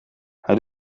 hij